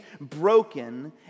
broken